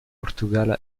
portugala